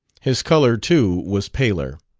his color, too, was paler.